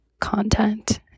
content